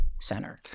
center